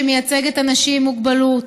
שמייצגת אנשים עם מוגבלות,